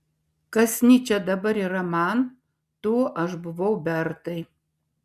kas nyčė dabar yra man tuo aš buvau bertai